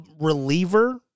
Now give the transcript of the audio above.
reliever